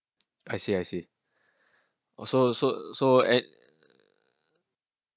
I see I see also so so at